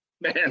Man